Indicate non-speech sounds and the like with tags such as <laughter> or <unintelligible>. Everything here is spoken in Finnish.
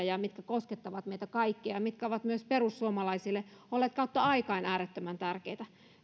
<unintelligible> ja mitkä koskettavat meitä kaikkia ja mitkä ovat myös perussuomalaisille olleet kautta aikain äärettömän tärkeitä